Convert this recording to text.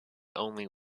only